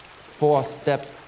four-step